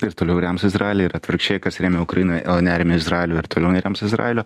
ir toliau rems izraelį ir atvirkščiai kas rėmė ukrainą o nerėmė izraelio ir toliau nerems izraelio